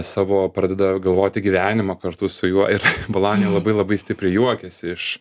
savo pradeda galvoti gyvenimą kartu su juo ir bolanijo labai labai stipriai juokiasi iš